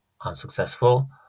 unsuccessful